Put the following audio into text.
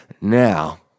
Now